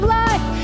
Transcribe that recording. life